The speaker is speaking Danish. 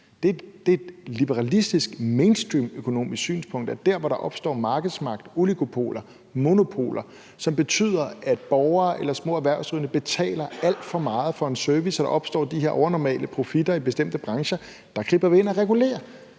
Det er et liberalistisk mainstream økonomisk synspunkt, at dér, hvor der opstår markedsmagt, oligopoler og monopoler, som betyder, at borgere eller små erhvervsdrivende betaler alt for meget for en service, og at der opstår de her overnormale profitter i bestemte brancher, griber vi ind og regulerer.